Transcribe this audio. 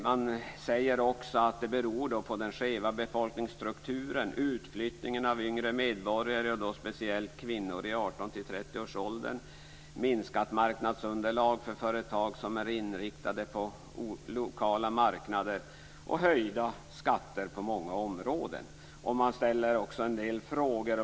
Man säger också att det beror på den skeva befolkningsstrukturen, utflyttningen av yngre medborgare, speciellt kvinnor, i 18-30 års ålder, minskat marknadsunderlag för företag som är inriktade på lokala marknader och höjda skatter på många områden. Man ställer en del frågor.